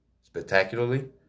Spectacularly